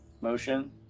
motion